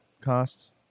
costs